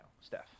Steph